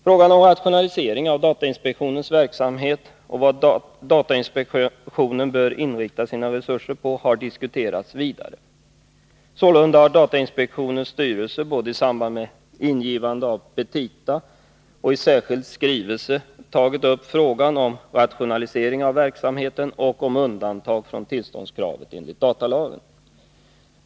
Frågan om rationalisering av datainspektionens verksamhet och vad datainspektionen bör inrikta sina resurser på har diskuterats vidare. Sålunda har datainspektionens styrelse både i samband med ingivande av petita och i särskild skrivelse till regeringen tagit upp frågan om rationalisering av verksamheten och om undantag från tillståndskravet enligt datalagen.